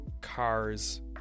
cars